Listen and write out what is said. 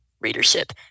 readership